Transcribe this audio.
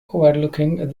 overlooking